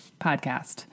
podcast